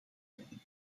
zijn